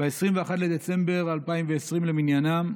ב-21 בדצמבר 2020 למניינם,